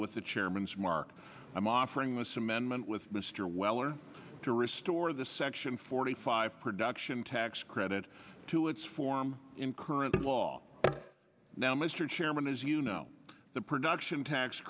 with the chairman's mark i'm offering this amendment with mr weller to restore the section forty five production tax credit to its form in current law now mr chairman as you know the production tax